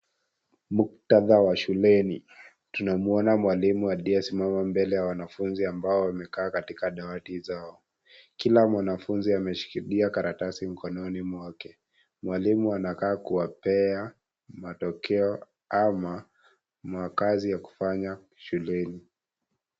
Muktadha wa shuleni. Tunamuona mwalimu aliyesimama mbele wanafunzi ambao wamekaa katika dawati zao. Kila mwanafunzi ameshikilia karatasi mkononi mwake. Mwalimu anakaa kuwapea matokeo ama, makazi ya kufanya shuleni.